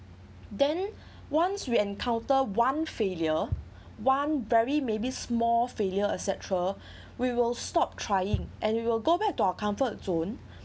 then once we encounter one failure one very maybe small failure etcetera we will stop trying and we will go back to our comfort zone